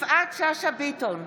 יפעת שאשא ביטון,